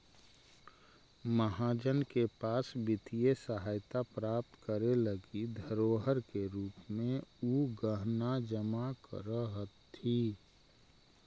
महाजन के पास वित्तीय सहायता प्राप्त करे लगी धरोहर के रूप में उ गहना जमा करऽ हथि